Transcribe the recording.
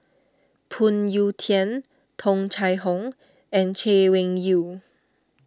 Phoon Yew Tien Tung Chye Hong and Chay Weng Yew